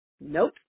nope